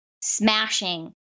smashing